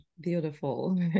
Beautiful